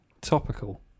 Topical